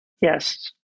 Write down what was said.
Yes